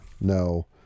No